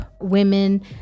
women